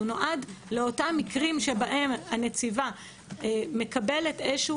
הוא נועד לאותם מקרים שבהם הנציבה מקבלת איזשהו